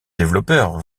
développeurs